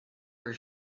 her